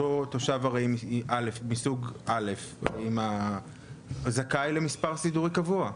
אותו תושב ארעי מסוג א' זכאי למספר סידורי קבוע,